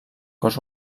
cos